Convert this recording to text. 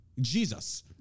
Jesus